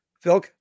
Phil